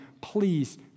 please